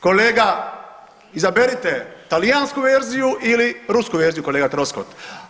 Kolega izaberite talijansku verziju ili rusku verziju kolega Troskot.